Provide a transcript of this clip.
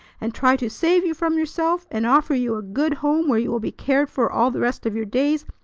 and try to save you from yourself, and offer you a good home where you will be cared for all the rest of your days,